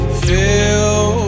feel